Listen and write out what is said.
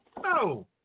no